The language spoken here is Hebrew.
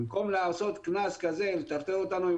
במקום לעשות קנס כזה ולטרטר אותנו עם